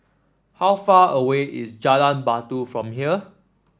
how far away is Jalan Batu from here